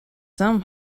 some